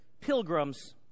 pilgrims